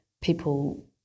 People